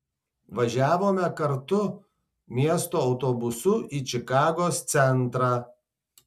važiavome kartu miesto autobusu į čikagos centrą